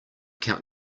count